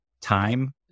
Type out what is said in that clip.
time